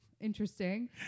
interesting